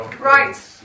Right